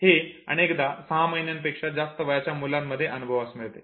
हे अनेकदा सहा महिन्यापेक्षा जास्त वयाच्या मुलांमध्ये अनुभवास मिळते